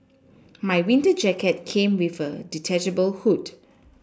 my winter jacket came with a detachable hood